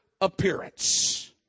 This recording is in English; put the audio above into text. appearance